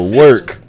work